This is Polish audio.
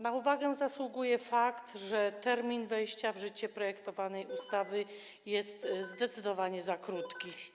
Na uwagę zasługuje fakt, że termin wejścia w życie projektowanej ustawy jest zdecydowanie za krótki.